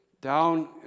down